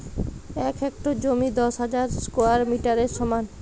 এক হেক্টর জমি দশ হাজার স্কোয়ার মিটারের সমান